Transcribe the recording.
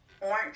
Orange